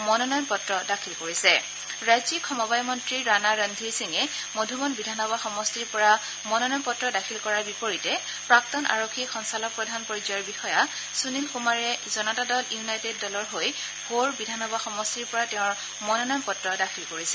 মনোনয়ন পত্ৰ দাখিল কৰা উল্লেখযোগ্য প্ৰাৰ্থীসকলৰ ৰাজ্যিক সমবায় মন্ত্ৰী ৰাণা ৰণধীৰ সিংঙে মধুবন বিধানসভা সমষ্টিৰ পৰা মনোনয়ন পত্ৰ দাখিল কৰাৰ বিপৰীতে প্ৰাক্তন আৰক্ষী সঞ্চালকপ্ৰধান পৰ্যায়ৰ বিষয়া সুনীল কুমাৰে জনতা দল ইউনাইটেড দলৰ হৈ ভোৰ বিধানসভা সমষ্টিৰ পৰা তেওঁৰ মনোনয়ন পত্ৰ দাখিল কৰিছে